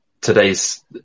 today's